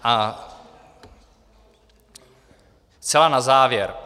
A zcela na závěr.